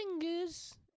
fingers